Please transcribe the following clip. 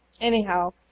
Anyhow